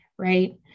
Right